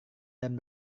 dan